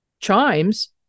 chimes